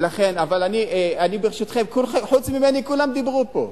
ברשותכם, חוץ ממני כולם דיברו פה.